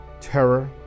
terror